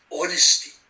honesty